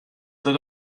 that